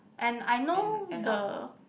and I know the